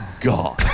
God